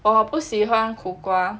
我不喜欢苦瓜